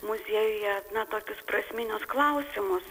muziejuje na tokius prasminius klausimus